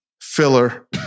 filler